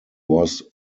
was